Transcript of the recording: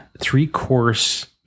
three-course